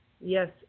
Yes